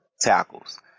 tackles